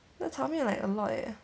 the 炒面 like a lot leh